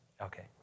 okay